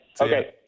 Okay